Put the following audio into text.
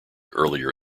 earlier